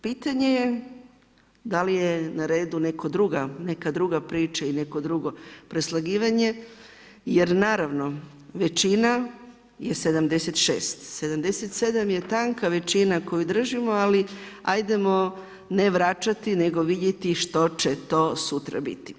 Pitanje je, da li je na redu neka druga priča i neko drugo preslagivanje jer naravno, većina je 76. 77 je tanka većina koju držimo, ali ajdemo ne vraćati nego vidjeti što će to sutra biti.